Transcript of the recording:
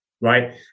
right